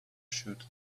should